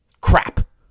Crap